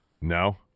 No